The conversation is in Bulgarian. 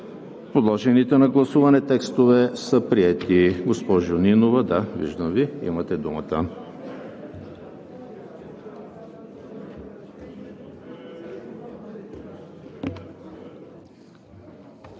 Подложените на гласуване текстове са приети. Госпожо Нинова,